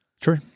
True